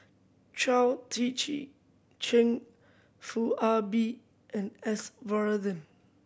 Chao Tzee Cheng Foo Ah Bee and S Varathan